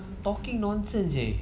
talking nonsense eh